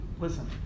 Listen